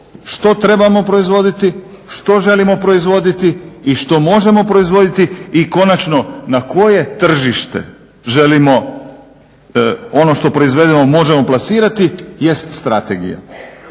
što trebamo proizvoditi, što želimo proizvoditi i što možemo proizvoditi i konačno na koje tržište želimo ono što proizvedemo možemo plasirati jest strategija.